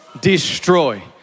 destroy